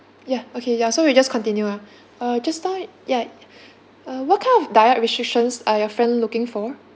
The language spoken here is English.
ya okay ya so we just continue uh uh just now ya uh what kind of diet restrictions are your friend looking for